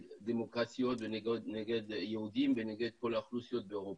הדמוקרטיה ונגד יהודים ונגד כל האוכלוסיות באירופה.